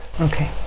Okay